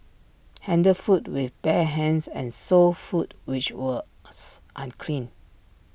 handled food with bare hands and sold food which was unclean